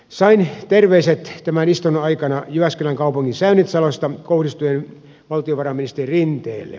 sain terveiset tämän istunnon aikana jyväskylän kaupungin säynätsalosta kohdistuen valtiovarainministeri rinteelle